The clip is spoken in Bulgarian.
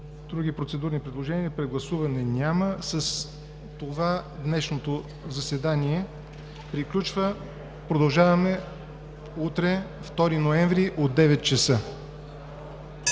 Други процедурни предложения? Прегласуване? Няма. С това днешното заседание приключва. Продължаваме утре, 2 ноември 2017 г.,